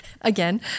again